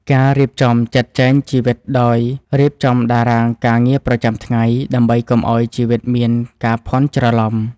ការរៀបចំចាត់ចែងជីវិតដោយរៀបចំតារាងការងារប្រចាំថ្ងៃ ដើម្បីកុំឱ្យជីវិតមានការភាន់ច្រឡំ។